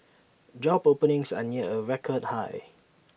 job openings are near A record high